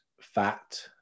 fat